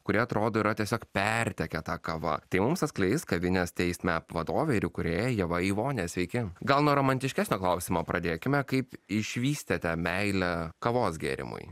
kurie atrodo yra tiesiog pertekę ta kava tai mums atskleis kavinės teisne vadovė ir kūrėja ieva ivonė sveiki gal nuo romantiškesnio klausimo pradėkime kaip išvystėte meilę kavos gėrimui